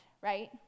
right